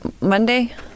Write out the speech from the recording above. Monday